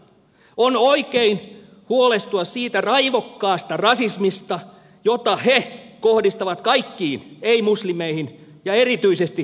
on oikein huolestua siitä raivokkaasta rasismista jota he kohdistavat kaikkiin ei muslimeihin ja erityisesti juutalaisiin